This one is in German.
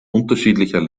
unterschiedlicher